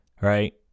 right